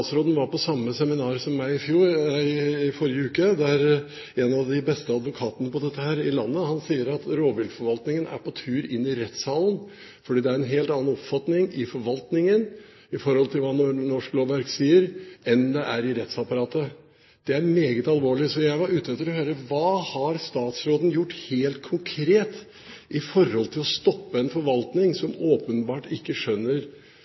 var på samme seminar som meg i forrige uke, der en av de beste advokatene på dette i landet sa at rovviltforvaltningen er på tur inn i rettssalen, fordi det er en helt annen oppfatning i forvaltningen av hva norsk lovverk sier, enn det er i rettsapparatet. Det er meget alvorlig, så jeg var ute etter å høre: Hva har statsråden gjort helt konkret for å stoppe en forvaltning som åpenbart ikke skjønner